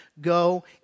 go